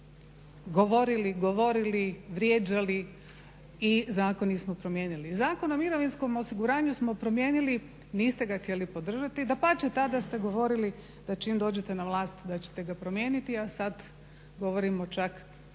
i ovdje govorili, vrijeđali i zakon nismo promijenili. Zakon o mirovinskom osiguranju smo promijenili, niste ga htjeli podržati. Dapače, tada ste govorili da čim dođete na vlast da ćete ga promijeniti, a sad govorimo čak